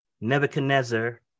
Nebuchadnezzar